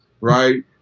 right